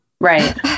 Right